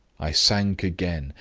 i sank again,